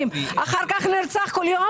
אחרי כך נרצח כל יום.